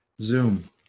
Zoom